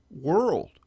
world